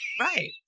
right